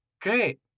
great